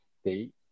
state